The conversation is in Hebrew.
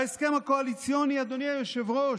בהסכם הקואליציוני, אדוני היושב-ראש,